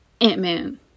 Ant-Man